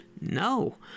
no